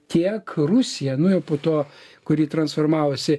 tiek rusija nu jau po to kuri transformavosi